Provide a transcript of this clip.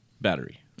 battery